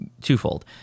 twofold